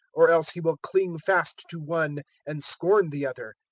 or else he will cling fast to one and scorn the other.